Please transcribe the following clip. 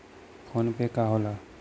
PhonePe का होला?